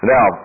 Now